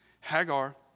Hagar